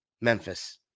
Memphis